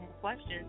questions